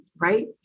right